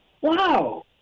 Wow